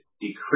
decrease